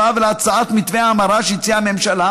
ולהצעת מתווה ההמרה שהציעה הממשלה,